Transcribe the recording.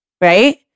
right